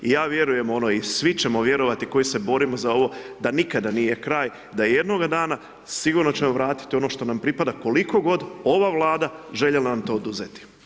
I ja vjerujem onoj i svi ćemo vjerovati koji se borimo za ovo da nikada nije kraj, da jednoga dana sigurno ćemo vratiti ono što nam pripada koliko god ova Vlada željela nam to oduzeti.